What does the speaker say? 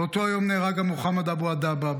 באותו יום נהרג מוחמד אבו הדבה,